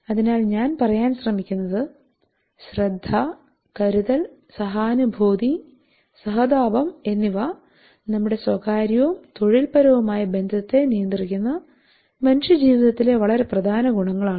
അതിനാൽ ഞാൻ പറയാൻ ശ്രമിക്കുന്നത് ശ്രദ്ധ കരുതൽ സഹാനുഭൂതി സഹതാപം എന്നിവ നമ്മുടെ സ്വകാര്യവും തൊഴിൽപരവുമായ ബന്ധത്തെ നിയന്ത്രിക്കുന്ന മനുഷ്യജീവിതത്തിലെ വളരെ പ്രധാനപ്പെട്ട ഗുണങ്ങളാണ്